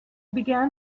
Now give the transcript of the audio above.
began